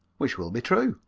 which will be true.